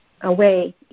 away